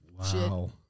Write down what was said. Wow